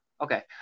Okay